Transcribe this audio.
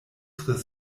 tre